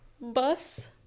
Bus